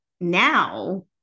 now